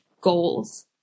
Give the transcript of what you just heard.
goals